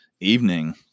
evening